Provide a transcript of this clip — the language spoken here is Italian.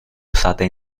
usata